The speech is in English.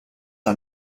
are